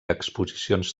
exposicions